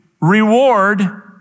reward